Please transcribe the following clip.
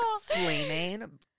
flaming